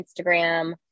Instagram